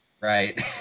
right